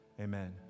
Amen